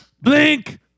Blink